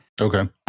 Okay